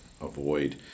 avoid